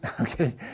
okay